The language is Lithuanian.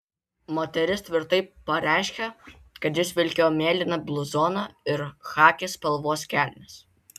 moteris tvirtai pareiškė kad jis vilkėjo mėlyną bluzoną ir chaki spalvos kelnes